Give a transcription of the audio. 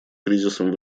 кризисом